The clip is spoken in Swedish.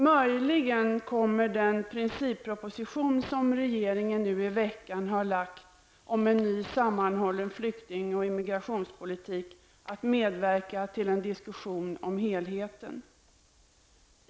Möjligen kommer den principproposition som regeringen nu i veckan har lagt fram om en ny sammanhållen flykting och immigrationspolitik att medverka till en diskussion om helheten.